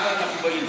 אנה אנחנו באים?